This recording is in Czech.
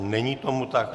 Není tomu tak.